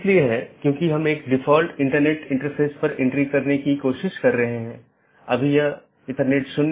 जैसा कि हमने पाथ वेक्टर प्रोटोकॉल में चर्चा की है कि चार पथ विशेषता श्रेणियां हैं